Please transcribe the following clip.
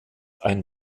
ein